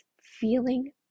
feeling